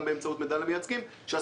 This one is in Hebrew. גם באמצעות מידע למייצגים ואנחנו מציינים